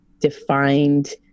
defined